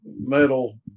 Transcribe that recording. metal